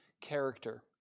character